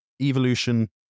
evolution